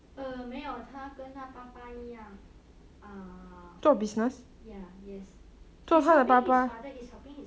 err 没有他跟他爸爸一样 err ya yes he's helping his father he's helping his father